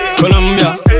Colombia